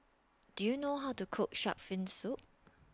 Do YOU know How to Cook Shark's Fin Soup